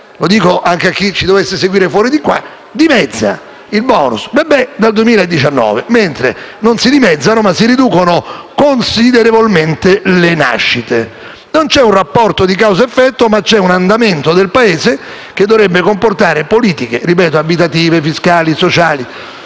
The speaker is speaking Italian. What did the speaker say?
lo dico anche a chi ci dovesse seguire fuori di qua - dimezza il *bonus* bebè dal 2019, mentre non si dimezzano ma si riducono considerevolmente le nascite. Non c'è un rapporto di causa ed effetto, ma un andamento del Paese che dovrebbe comportare politiche abitative, fiscali e sociali